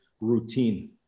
routine